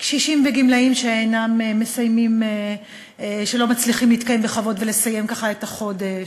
קשישים וגמלאים שלא מצליחים להתקיים בכבוד ולסיים את החודש,